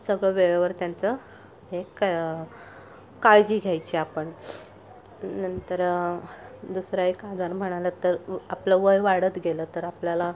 सगळं वेळेवर त्यांचं हे क काळजी घ्यायची आपण नंतर दुसरा एक आजार म्हणालात तर आपलं वय वाढत गेलं तर आपल्याला